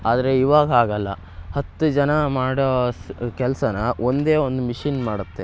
ಆದರೆ ಇವಾಗ ಹಾಗಲ್ಲ ಹತ್ತು ಜನ ಮಾಡೋ ಸ್ ಕೆಲ್ಸವನ್ನ ಒಂದೇ ಒಂದು ಮಿಷಿನ್ ಮಾಡುತ್ತೆ